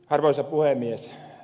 arvoisa puhemies